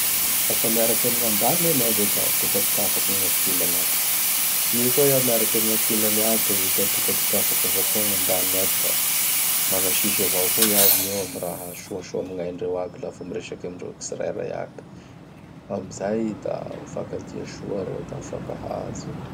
Lafa miaraky am gn'andaniny an'iaho zay da dokadokafako gn'akilany ato. I koa iaho miaraky am ankilany ato da dokadokafako avao koa gn'andininy ato da magnasisy avao koa iaho aminio am raha soasoa am gn'aignandreo lafa miresaky amindreo k tsirairay aby. Amin'izay i da mifankatia soa reo da mifankahazo.